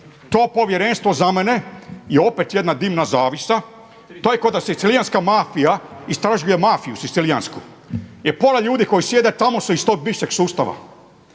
To povjerenstvo za mene je opet jedna dimna zavjesa. To je kao da sicilijanska mafija istražuje mafiju sicilijansku. Jer pola ljudi koji sjede tamo su iz tog bivšeg sustava.